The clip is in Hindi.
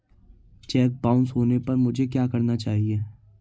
चेक बाउंस होने पर मुझे क्या करना चाहिए?